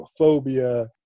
homophobia